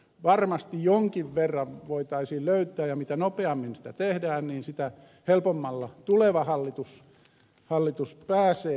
varmasti jonkin verran voitaisiin löytää ja mitä nopeammin sitä tehdään sitä helpommalla tuleva hallitus pääsee